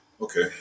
Okay